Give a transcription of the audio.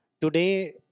Today